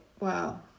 Wow